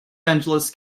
angeles